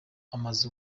amaze